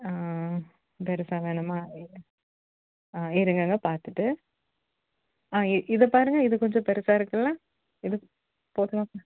பெருசாக வேணுமா இருங்க ஆ இருங்கங்க பார்த்துட்டு ஆ இ இதை பாருங்க இது கொஞ்சம் பெருசாக இருக்கில்ல இது போதுமா பாருங்க